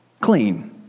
clean